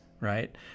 right